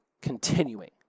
continuing